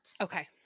Okay